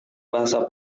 bahasa